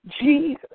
Jesus